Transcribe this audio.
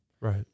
right